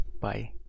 Bye